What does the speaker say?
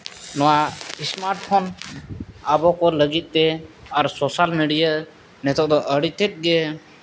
ᱱᱚᱣᱟ ᱥᱢᱟᱨᱴᱯᱷᱳᱱ ᱟᱵᱚ ᱠᱚ ᱞᱟᱹᱜᱤᱫᱛᱮ ᱟᱨ ᱥᱳᱥᱟᱞ ᱢᱤᱰᱤᱭᱟ ᱱᱤᱛᱚᱜ ᱫᱚ ᱟᱹᱰᱤ ᱛᱮᱫᱜᱮ